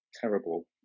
terrible